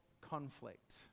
Conflict